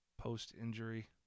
Post-injury